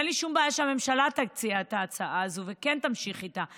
אין לי שום בעיה שהממשלה תציע את ההצעה הזו וכן תמשיך איתה,